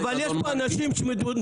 אבל יש פה אנשים שמתמודדים,